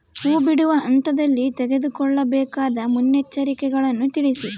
ಹೂ ಬಿಡುವ ಹಂತದಲ್ಲಿ ತೆಗೆದುಕೊಳ್ಳಬೇಕಾದ ಮುನ್ನೆಚ್ಚರಿಕೆಗಳನ್ನು ತಿಳಿಸಿ?